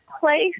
place